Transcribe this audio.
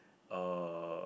uh